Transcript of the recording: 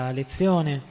lezione